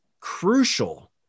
crucial